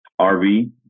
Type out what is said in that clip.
RV